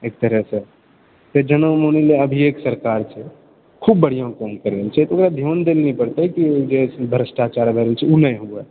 एक तरहसँ तऽ जेना मानि लऽ अभीएके सरकार छै खूब बढ़िआँ काम करि रहल छै तऽ ओकरा ध्यान दए लऽ पड़तै कि भ्रष्टाचार अगर छै ओ नहि हुअऽ